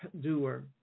doer